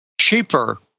cheaper